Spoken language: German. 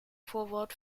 vorwort